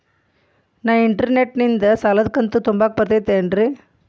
ನಾ ಇಂಟರ್ನೆಟ್ ನಿಂದ ಸಾಲದ ಕಂತು ತುಂಬಾಕ್ ಬರತೈತೇನ್ರೇ?